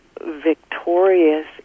victorious